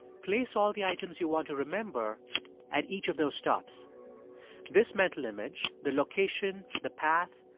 place all the items you want to remember at each of those stops this mental image the location, the path,